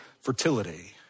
fertility